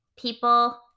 people